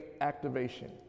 activation